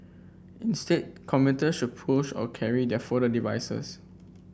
instead commuter should push or carry their folded devices